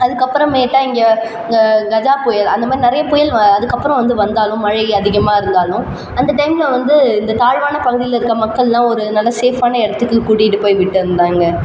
அதுக்கப்புறமேட்டா இங்கே இந்த கஜா புயல் அந்தமாதிரி நிறையா புயல் அதுக்கப்புறம் வந்து வந்தாலும் மழை அதிகமாக இருந்தாலும் அந்த டைமில் வந்து இந்த தாழ்வான பகுதியில் இருக்கற மக்கள்லா ஒரு நல்ல சேஃபான இடத்துக்கு கூட்டிகிட்டு போய் விட்டுருந்தாங்க